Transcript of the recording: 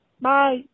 bye